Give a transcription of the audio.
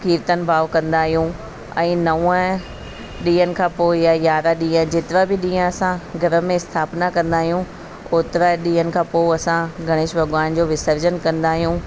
कीर्तन भाव कंदा आहियूं ऐं नव ॾींहनि खां पोइ या यारहां ॾींहं जेतिरा बि ॾींहं असां घर में स्थापना कंदा आहियूं ओतिरा ॾींहनि खां पोइ असां गणेश भॻवान जो विसर्जन कंदा आहियूं